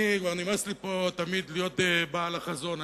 אני, כבר נמאס לי פה תמיד להיות בעל החזון.